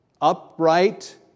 upright